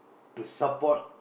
to support